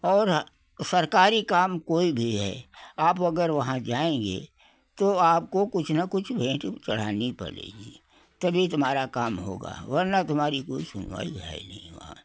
और सरकारी काम कोई भी है आप अगर वहाँ जाएँगे तो आपको कुछ ना कुछ भेंट चढ़ानी पड़ेगी तभी तुम्हारा काम होगा वरना तुम्हारी कोई सुनवाई है नहीं वहाँ